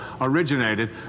originated